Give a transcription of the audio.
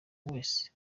wese